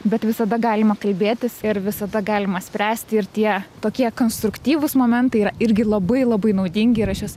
bet visada galima kalbėtis ir visada galima spręsti ir tie tokie konstruktyvūs momentai yra irgi labai labai naudingi ir aš juos